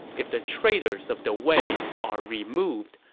if the traitors of the wei are removed,